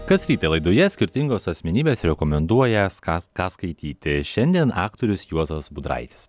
kas rytą laidoje skirtingos asmenybės rekomenduoja kas ką skaityti šiandien aktorius juozas budraitis